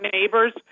neighbors